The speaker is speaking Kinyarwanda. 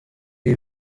iyi